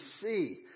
see